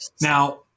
Now